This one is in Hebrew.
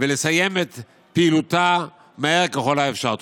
ולסיים את פעילותה מהר ככל האפשר.